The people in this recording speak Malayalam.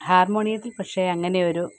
ഹാർമോണിയത്തിൽ പക്ഷേ അങ്ങനെയൊരു